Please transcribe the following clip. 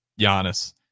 Giannis